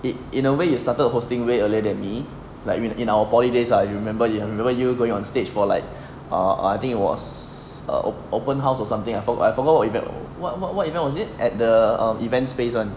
it in a way you started hosting way earlier than me like me in our poly days ah I remember you have I remember you going on stage for like err err I think it was err open house or something I forgot I forgot what what what what event what was it at the events space one